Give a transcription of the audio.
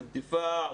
'אל-דפאע',